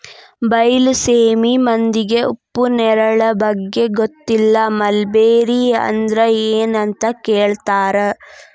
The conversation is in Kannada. ಬೈಲಸೇಮಿ ಮಂದಿಗೆ ಉಪ್ಪು ನೇರಳೆ ಬಗ್ಗೆ ಗೊತ್ತಿಲ್ಲ ಮಲ್ಬೆರಿ ಅಂದ್ರ ಎನ್ ಅಂತ ಕೇಳತಾರ